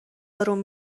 آروم